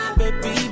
baby